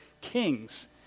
kings